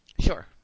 Sure